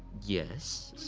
yes,